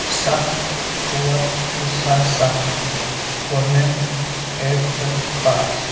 ستھ ژور زٕ ساس ستھ کوٚر مےٚ ایٹتھٕ پاس